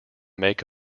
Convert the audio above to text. make